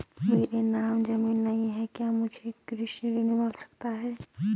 मेरे नाम ज़मीन नहीं है क्या मुझे कृषि ऋण मिल सकता है?